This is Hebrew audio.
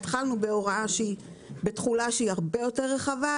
התחלנו בהוראה שהיא בתחולה שהיא הרבה יותר רחבה,